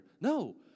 No